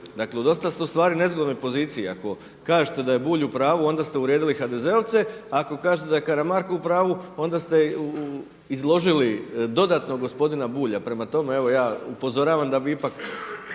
Dakle dosta ste u stvari u nezgodnoj poziciji ako kažete da je Bulj u pravu onda ste uvrijedili HDZ-ovce, ako kažete da je Karamarko u pravu onda ste izložili dodatno gospodina Bulja. Prema tome, evo ja upozoravam da vi ipak